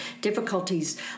difficulties